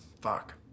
Fuck